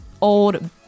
old